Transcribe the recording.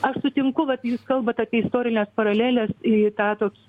aš sutinku vat jūs kalbat apie istorines paraleles į tą tokį